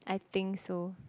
I think so